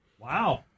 Wow